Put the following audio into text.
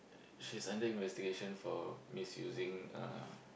she's under investigation for misusing uh